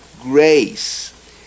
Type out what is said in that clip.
grace